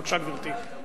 בבקשה, גברתי,